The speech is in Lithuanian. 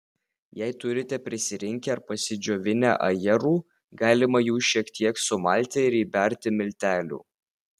jei turite prisirinkę ir pasidžiovinę ajerų galima jų šiek tiek sumalti ir įberti miltelių